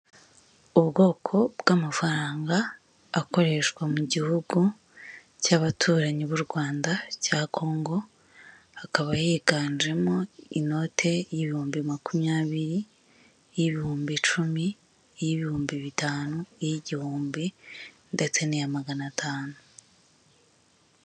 Abagabo n'abagore bahagaze hamwe harimo abagabo cumi n'umwe abagore babiri bambaye imyenda itandukanye bambaye iniforume za gisirikare abambaye ikositimu n'abambaye imyenda y'ubushinjacyaha .